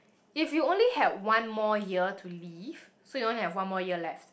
if you only had one more year to live so you only have one more year left